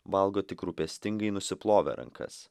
valgo tik rūpestingai nusiplovę rankas